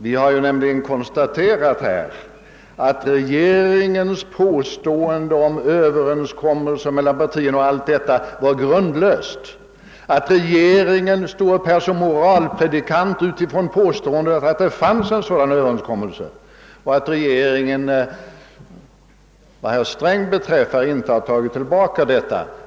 Vi har mämligen konstaterat, att regeringens påstående om en Överenskommelse mellan partierna var grundlöst, men att regeringen stod upp här såsom moralpredikant utifrån påståendet, att det fanns en sådan Ööverenskommelse och att regeringen — åtminstone gäller detta herr Sträng — inte har tagit tillbaka detta.